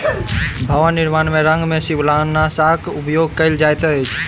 भवन निर्माण में रंग में शिवालनाशक उपयोग कयल जाइत अछि